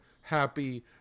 happy